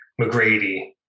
McGrady